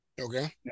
Okay